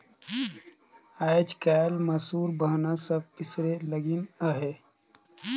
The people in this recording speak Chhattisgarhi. आएज काएल मूसर बहना सब बिसरे लगिन अहे